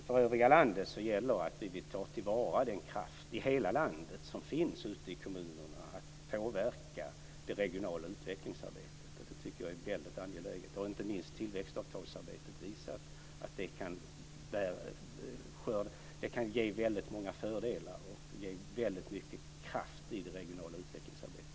För övriga landet gäller att vi vill ta till vara den kraft i hela landet som finns ute i kommunerna att påverka det regionala utvecklingsarbetet. Det tycker jag är väldigt angeläget. Inte minst har tillväxtsamarbetet visat att det kan ge väldigt många fördelar och ge väldigt mycket kraft i det regionala utvecklingsarbetet.